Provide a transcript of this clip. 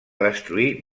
destruir